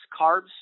carbs